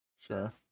Sure